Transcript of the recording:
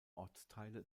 ortsteile